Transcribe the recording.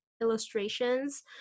Illustrations